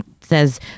says